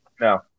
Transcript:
No